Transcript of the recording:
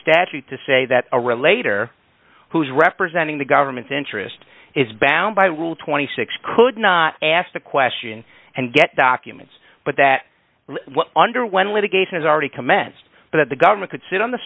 statute to say that a relate or who is representing the government's interest is bound by rule twenty six could not ask the question and get documents but that under one litigation is already commenced that the government could sit on the